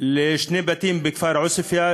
לשני בתים בכפר עוספיא,